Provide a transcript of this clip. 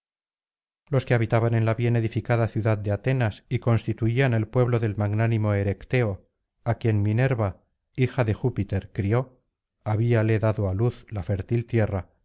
los que habitaban en la bien edificada ciudad de atenas y constituían el pueblo del magnánimo erecteo á quien minerva hija de júpiter crió habíale dado á luz la fértil tierra